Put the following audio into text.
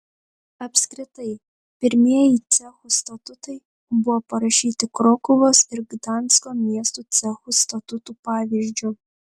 apskritai pirmieji cechų statutai buvo parašyti krokuvos ir gdansko miestų cechų statutų pavyzdžiu